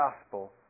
gospel